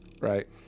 right